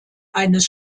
eines